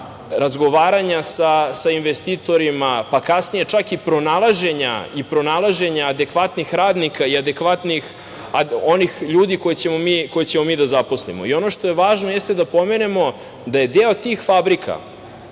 razgovaranja sa investitorima, pa kasnije čak i pronalaženja adekvatnih radnika i onih ljudi koje ćemo mi da zaposlimo. Ono što je važno jeste da pomenemo da je deo tih fabrika